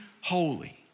holy